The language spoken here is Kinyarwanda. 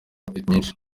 nyinshi